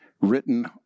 written